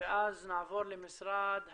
ואז נעבור למשרד החינוך.